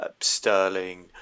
Sterling